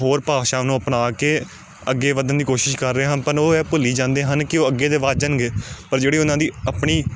ਹੋਰ ਭਾਸ਼ਾ ਨੂੰ ਅਪਣਾ ਕੇ ਅੱਗੇ ਵਧਣ ਦੀ ਕੋਸ਼ਿਸ਼ ਕਰ ਰਹੇ ਹਨ ਪਰ ਉਹ ਹੈ ਭੁੱਲੀ ਜਾਂਦੇ ਹਨ ਕਿ ਉਹ ਅੱਗੇ ਤਾਂ ਵੱਧ ਜਾਣਗੇ ਪਰ ਜਿਹੜੀ ਉਹਨਾਂ ਦੀ ਆਪਣੀ